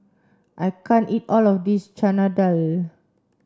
I can't eat all of this Chana Dal